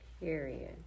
Period